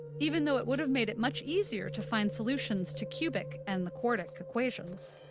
even though it would have made it much easier to find solutions to cubic and the quartic equations.